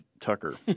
Tucker